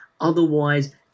otherwise